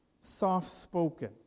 soft-spoken